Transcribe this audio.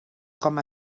com